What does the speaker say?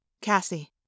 Cassie